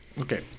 Okay